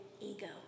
ego